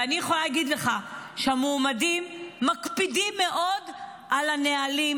ואני יכולה להגיד לך שהמועמדים מקפידים מאוד על הנהלים,